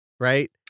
Right